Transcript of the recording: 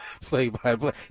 play-by-play